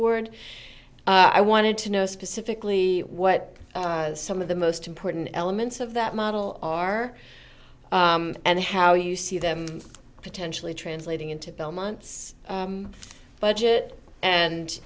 award i wanted to know specifically what some of the most important elements of that model are and how you see them potentially translating into bill month's budget and